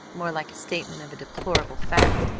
more like a statement of a deplorable fact.